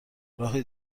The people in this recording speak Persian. راه